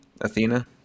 Athena